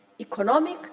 economic